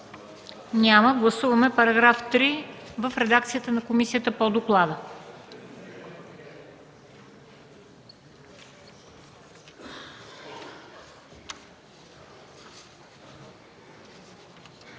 Няма. Гласуваме § 7 в редакцията на комисията по доклада.